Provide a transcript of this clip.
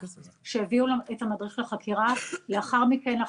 לאחר מכן,